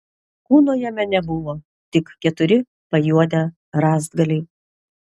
kūno jame nebuvo tik keturi pajuodę rąstgaliai